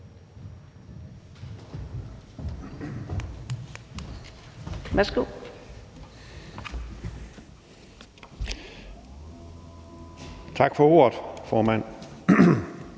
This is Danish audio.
(M): Tak for ordet, formand.